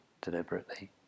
deliberately